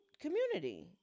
Community